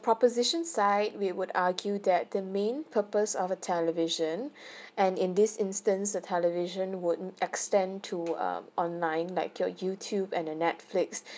proposition side we would argue that the main purpose of a television and in this instance the television wouldn't instance to um online like your youtube and the netflix